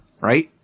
right